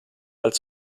als